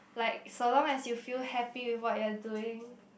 like as long as you feel happy with what are you doing